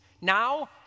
now